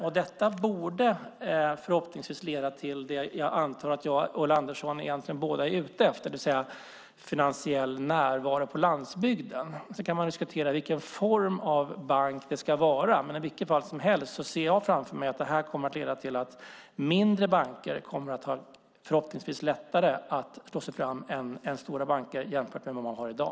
Detta borde förhoppningsvis leda till det som jag antar att både jag och Ulla Andersson egentligen är ute efter, det vill säga finansiell närvaro på landsbygden. Sedan kan man diskutera vilken form av bank det ska vara. Men i vilket fall som helst ser jag framför mig att detta kommer att leda till att mindre banker förhoppningsvis kommer att ha lättare att slå sig fram än stora banker jämfört med hur det är i dag.